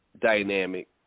dynamic